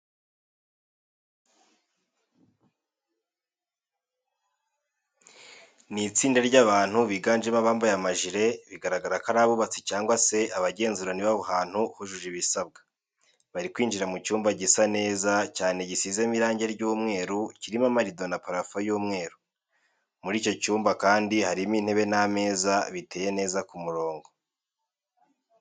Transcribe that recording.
Ni itsinda ry'abantu biganjemo abambaye amajire, bigaragara ko ari abubatsi cyangwa se abagenzura niba aha hantu hujuje ibisabwa. Bari kwinjira mu cyumba gisa neza cyane gisizemo irange ry'umweru, kirimo amarido na parafo y'umweru. Muri icyo cyumba kandi harimo intebe n'ameza biteye neza ku murongo.